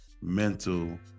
mental